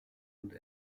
und